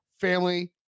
family